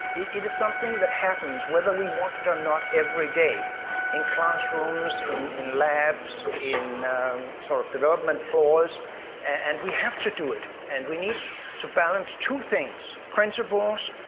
it it is something that happens whether we want it or not every day in classrooms, in in labs, in sort of development floors and we have to do it and we need to balance two things, principles,